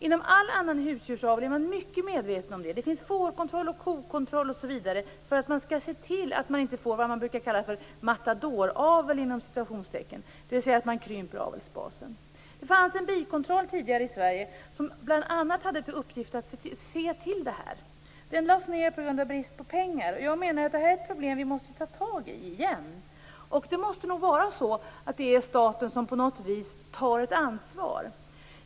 Inom all annan husdjursavel är man mycket medveten om detta. Det finns fårkontroll, kokontroll, osv. för att man skall se till att man inte får vad man brukar kalla för matadoravel, dvs., att man krymper avelsbasen. Det fanns tidigare en bikontroll i Sverige som bl.a. hade till uppgift att se till detta. Den lades ned på grund av brist på pengar. Jag menar att detta är ett problem som vi måste ta tag i igen. Det måste nog vara staten som på något sätt tar ett ansvar.